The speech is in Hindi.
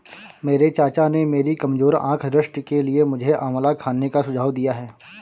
मेरे चाचा ने मेरी कमजोर आंख दृष्टि के लिए मुझे आंवला खाने का सुझाव दिया है